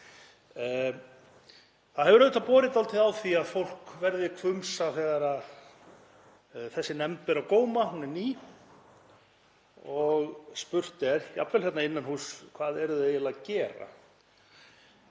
Það hefur auðvitað borið dálítið á því að fólk verði hvumsa þegar þessa nefnd ber á góma — hún er ný — og spurt er, jafnvel hérna innan húss: Hvað eruð þið eiginlega að gera?